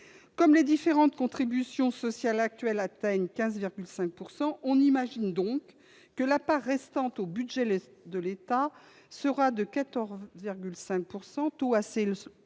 Comme les différentes contributions sociales actuelles atteignent 15,5 %, on imagine donc que la part restant au budget de l'État sera de 14,5 %, taux assez éloigné,